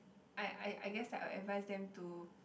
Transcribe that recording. I I I guess I'll advice them to